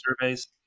surveys